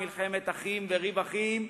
מלחמת אחים וריב אחים,